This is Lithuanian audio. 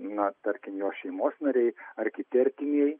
na tarkim jo šeimos nariai ar kiti artimieji